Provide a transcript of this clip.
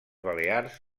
balears